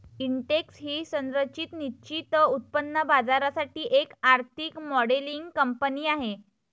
Intex ही संरचित निश्चित उत्पन्न बाजारासाठी एक आर्थिक मॉडेलिंग कंपनी आहे